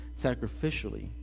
sacrificially